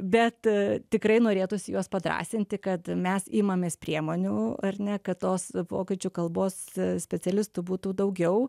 bet tikrai norėtųsi juos padrąsinti kad mes imamės priemonių ar ne kad tos vokiečių kalbos specialistų būtų daugiau